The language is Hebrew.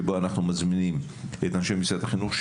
שבה אנחנו מזמינים את אנשי משרד החינוך,